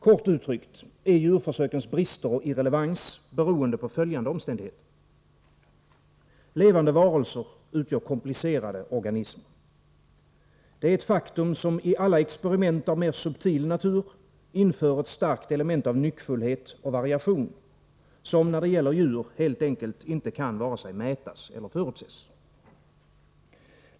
Kort uttryckt är djurförsökens brister och irrelevans beroende på följande omständigheter: Levande varelser utgör komplicerade organismer. Det är ett faktum som i alla experiment av mer subtil natur inför ett starkt element av nyckfullhet och variation, vilket när det gäller djur helt enkelt inte kan vare sig mätas eller förutses.